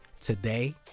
today